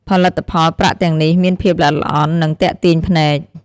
ផលិតផលប្រាក់ទាំងនេះមានភាពល្អិតល្អន់ និងទាក់ទាញភ្នែក។